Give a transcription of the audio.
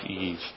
Eve